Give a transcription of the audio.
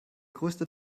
größte